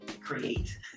create